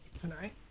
tonight